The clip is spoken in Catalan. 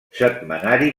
setmanari